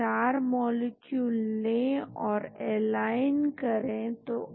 यह पांच मॉलिक्यूल है और फिर मैं इनके फार्मकोफोर विशेषताओं को जानना चाहता था